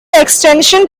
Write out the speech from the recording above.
extension